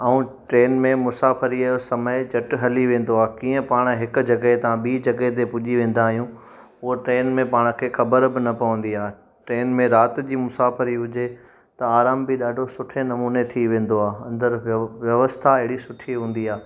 ऐं ट्रेन में मुसाफ़िरी यो समय झटि हली वेंदो आहे कीअं पाण हिकु जॻह ता ॿी जॻह ते पुजी वेंदा आहियूं उहा ट्रेन में पाण खे ख़बर बि न पवंदी आहे ट्रेन में राति जी मुसाफ़िरी हुजे त आराम बि ॾाढो सुठे नमूने थी वेंदो आहे अंदरु व्य व्यवस्था अहिड़ी सुठी हूंदी आहे